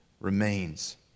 remains